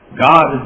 God